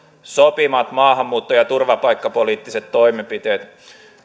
sopimat maahanmuutto ja turvapaikkapoliittiset toimenpiteet